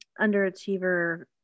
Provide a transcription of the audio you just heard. underachiever